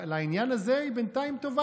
לעניין הזה היא בינתיים טובה.